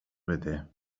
بده